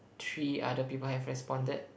three other people have responded